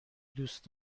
دوست